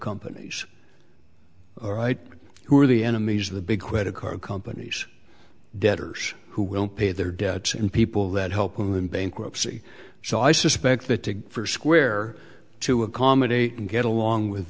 companies right who are the enemies of the big quid a car companies debtors who will pay their debts and people that help them bankruptcy so i suspect that to for square to accommodate and get along with